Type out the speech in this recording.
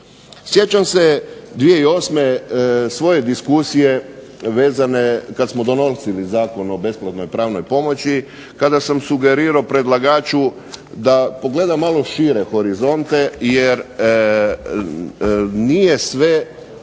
Sjećam se 2008. svoje diskusije vezane kad smo donosili Zakon o besplatnoj pravnoj pomoći, kada sam sugerirao predlagaču da pogleda malo šire horizonte jer nije sve